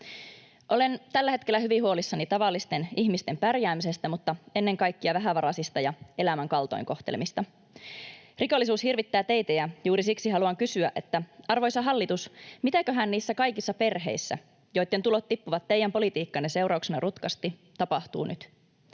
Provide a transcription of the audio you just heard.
Olen tällä hetkellä hyvin huolissani tavallisten ihmisten pärjäämisestä, mutta ennen kaikkea vähävaraisista ja elämän kaltoinkohtelemista. Rikollisuus hirvittää teitä, ja juuri siksi haluan kysyä, arvoisa hallitus: mitäköhän niissä kaikissa perheissä, joitten tulot tippuvat teidän politiikkanne seurauksena rutkasti, tapahtuu nyt,